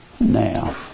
Now